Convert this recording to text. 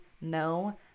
no